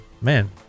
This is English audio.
man